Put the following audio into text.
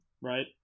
right